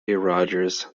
rogers